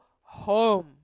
home